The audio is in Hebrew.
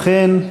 אכן.